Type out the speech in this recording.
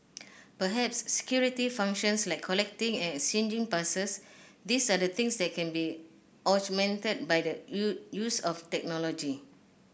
perhaps security functions like collecting and exchanging passes these are things that can be augmented by the you use of technology